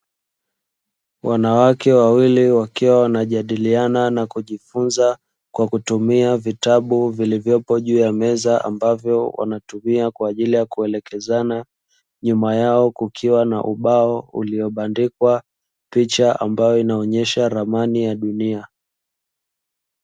Wanawake wawili wakiwa wanajadiliana na kujifunza kwa kutumia vitabu vilivyopo juu ya meza ambavyo wanatumia kwa ajili ya kuelekezana. Nyuma yao kukiwa na ubao uliobandikwa picha ambayo inaendesha ramani ya dunia.